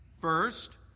First